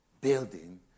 building